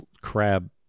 crab